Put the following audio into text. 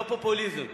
לא פופוליזם.